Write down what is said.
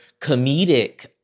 comedic